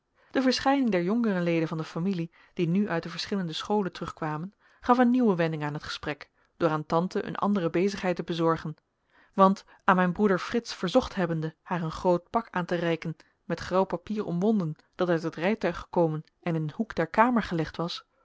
de verschijning der jongere leden van de familie die nu uit de verschillende scholen terugkwamen gaf een nieuwe wending aan het gesprek door aan tante een andere bezigheid te bezorgen want aan mijn broeder frits verzocht hebbende haar een groot pak aan te reiken met grauw papier omwonden dat uit het rijtuig gekomen en in een hoek der kamer gelegd was